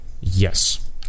Yes